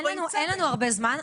אין לנו הרבה זמן,